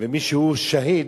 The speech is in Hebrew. ומי שהוא שהיד,